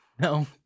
No